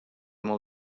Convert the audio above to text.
molt